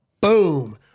Boom